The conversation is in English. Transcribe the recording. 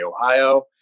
Ohio